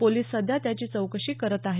police सध्या त्याची चौकशी करत आहेत